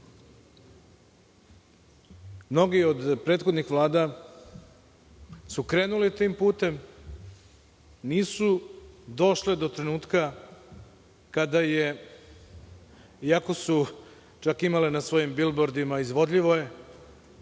mnoge od prethodnih vlada su krenule tim putem, nisu došle do trenutka kada je, iako su imale na svojim bilbordima, „izvodljivo je“,